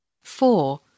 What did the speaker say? four